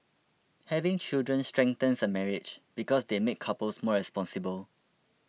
having children strengthens a marriage because they make couples more responsible